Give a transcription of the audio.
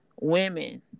women